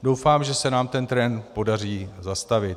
Doufám, že se nám ten trend podaří zastavit.